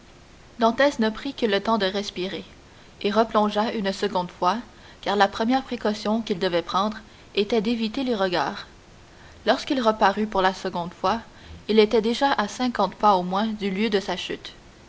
dantès ne prit que le temps de respirer et replongea une seconde fois car la première précaution qu'il devait prendre était d'éviter les regards lorsqu'il reparut pour la seconde fois il était déjà à cinquante pas au moins du lieu de sa chute